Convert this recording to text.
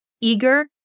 eager